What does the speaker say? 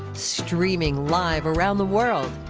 streaming live around the world,